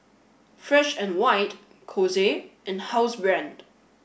Fresh and White Kose and Housebrand